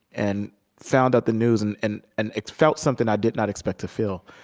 and found out the news and and and felt something i did not expect to feel.